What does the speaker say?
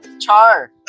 Char